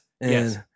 Yes